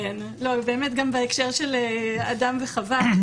גם בהקשר של אדם וחוה.